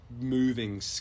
moving